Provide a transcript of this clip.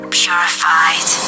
purified